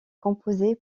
composé